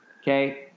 Okay